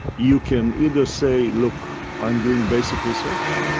you can either say, look, i am doing basic research,